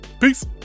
Peace